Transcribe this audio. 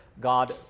God